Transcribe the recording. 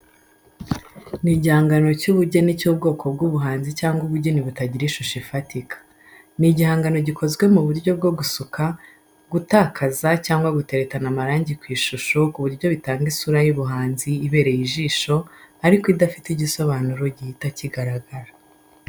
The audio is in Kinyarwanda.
Ni igihangano cy’ubugeni cy’ubwoko bw'ubuhanzi cyangwa ubugeni butagira ishusho ifatika. Ni igihangano gikozwe mu buryo bwo gusuka, gutakaza cyangwa guteretana amarangi ku ishusho ku buryo bitanga isura y’ubuhanzi ibereye ijisho, ariko idafite igisobanuro gihita kigaragara.